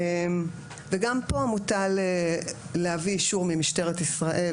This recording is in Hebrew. גם פה מוטל להביא אישור ממשטרת ישראל,